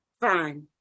Fine